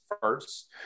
first